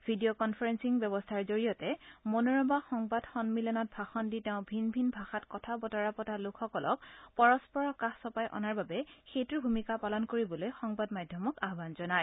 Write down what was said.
video conferencing ব্যৱস্থাৰ জৰিয়তে মনোৰমা সংবাদ সন্মিলনত ভাষণ দি তেওঁ ভিন ভিন ভাষাত কথা বতৰা পতা লোকসকলক পৰস্পৰৰ কাষ চপাই অনাৰ বাবে সেঁতুৰ ভূমিকা পালন কৰিবলৈ সংবাদ মাধ্যমক আহান জনায়